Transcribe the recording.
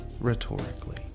rhetorically